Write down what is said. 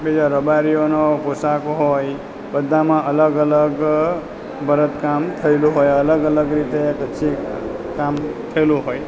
બીજો રબારીઓનો પોશાક હોય બધામાં અલગ અલગ ભરત કામ થયેલું હોય અલગ અલગ રીતે કચ્છી કામ થયેલું હોય